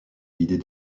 l’idée